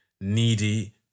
needy